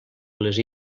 les